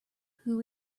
who